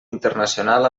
internacional